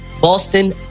boston